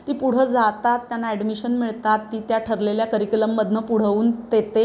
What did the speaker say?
ती पुढं जातात त्यांना ॲडमिशन मिळतात ती त्या ठरलेल्या करिक्युलममधून पुढं होऊन ते ते